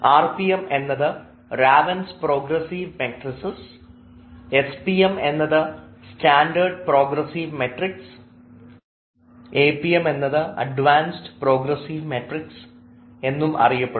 R P M എന്നത് Raven's progressive matrices Ravens progressive matrices S P M standard progressive matrices A P M advanced progressive matrices എന്നും അറിയപ്പെടുന്നു